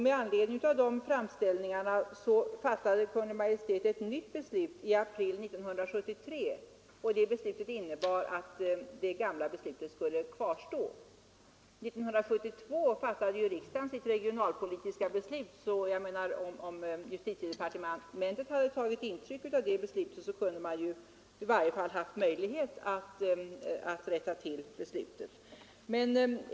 Med anledning av de framställningarna fattade Kungl. Maj:t ett nytt beslut i april 1973, som innebar att det gamla beslutet skulle kvarstå. År 1972 fattade ju riksdagen sitt regionalpolitiska beslut, och om justitiedepartementet hade tagit intryck av det, kunde man i varje fall ha haft möjlighet att rätta till saken.